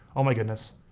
oh my goodness.